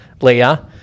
Leah